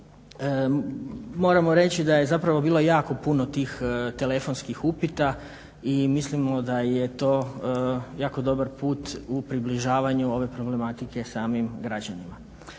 Moramo reći da je zapravo bilo jako puno tih telefonskih upita i mislimo da je to jako dobar put u približavanju ove problematike samim građanima.